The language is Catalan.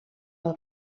pel